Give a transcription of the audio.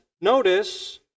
notice